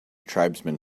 tribesman